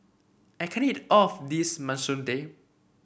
I can't eat all of this Masoor Dal